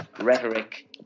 rhetoric